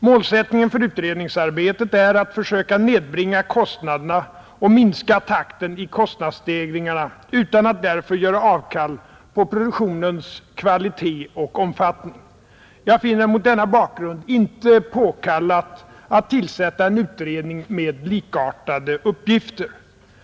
Målsättningen för utredningsarbetet är — Torsdagen den att försöka nedbringa kostnaderna och minska takten i kostnadsstegring 29 april 1971 arna utan att därför göra avkall på produktionens kvalitet och omfattne ufredalne om. ifrednins om ning. Jag finner det mot denna bakgrund inte påkallat att tillsätta en 7 & e -: å n kostnadsutvecklingutredning med likartade uppgifter. ä é ön ALERS dokia & TT å UN .